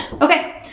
Okay